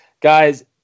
Guys